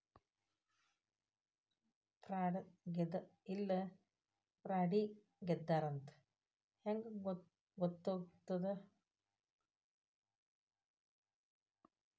ಫ್ರಾಡಾಗೆದ ಇಲ್ಲ ಫ್ರಾಡಿದ್ದಾರಂತ್ ಹೆಂಗ್ ಗೊತ್ತಗ್ತದ?